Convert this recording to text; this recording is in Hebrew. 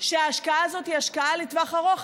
שההשקעה הזאת היא השקעה לטווח ארוך.